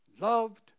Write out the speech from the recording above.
Loved